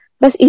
Bas